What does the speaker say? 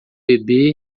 bebê